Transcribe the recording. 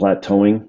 plateauing